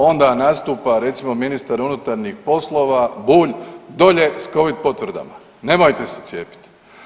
Onda nastupa recimo ministar unutarnjih poslova Bulj dolje s covid potvrdama, nemojte se cijepiti.